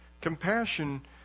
Compassion